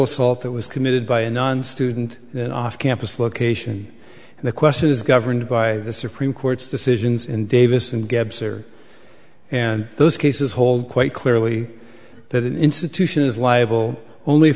that was committed by a non student off campus location and the question is governed by the supreme court's decisions in davis and gaps are and those cases hold quite clearly that an institution is liable only